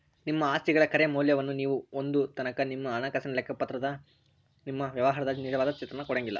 ನಿಮ್ಮ ಆಸ್ತಿಗಳ ಖರೆ ಮೌಲ್ಯವನ್ನ ನೇವು ಹೊಂದೊತನಕಾ ನಿಮ್ಮ ಹಣಕಾಸಿನ ಲೆಕ್ಕಪತ್ರವ ನಿಮ್ಮ ವ್ಯವಹಾರದ ನಿಜವಾದ ಚಿತ್ರಾನ ಕೊಡಂಗಿಲ್ಲಾ